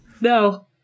No